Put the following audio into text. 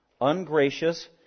ungracious